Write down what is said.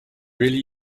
really